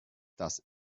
das